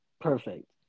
perfect